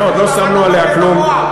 עוד לא שמנו עליה כלום.